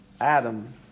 Adam